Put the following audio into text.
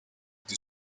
the